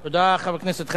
תודה, חבר הכנסת חנין.